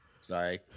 Sorry